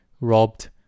robbed